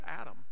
adam